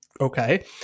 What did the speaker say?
Okay